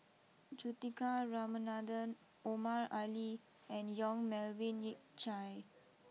Juthika Ramanathan Omar Ali and Yong Melvin Yik Chye